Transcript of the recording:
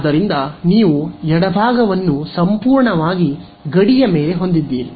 ಆದ್ದರಿಂದ ನೀವು ಎಡಭಾಗಯನ್ನು ಸಂಪೂರ್ಣವಾಗಿ ಗಡಿಯ ಮೇಲೆ ಹೊಂದಿದ್ದೀರಿ